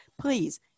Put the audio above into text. Please